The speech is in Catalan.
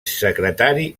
secretari